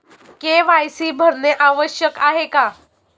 KYC भरणे आवश्यक आहे का?